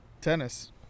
tennis